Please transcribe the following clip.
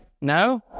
No